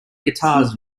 guitars